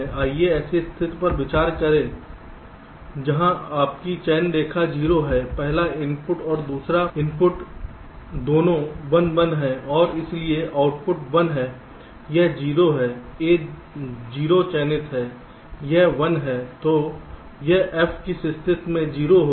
आइए ऐसी स्थिति पर विचार करें जहां आपकी चयन रेखा 0 है पहला इनपुट और दूसरा इनपुट दोनों 1 1 हैं और इसलिए आउटपुट 1 है यह 0 है A0 चयनित है यह 1 है तो यह F किस स्थिति में 0 होगा